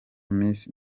miss